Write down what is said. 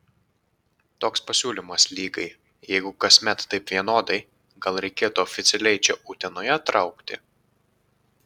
toks pasiūlymas lygai jeigu kasmet taip vienodai gal reikėtų oficialiai čia utenoje traukti